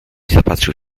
zapatrzył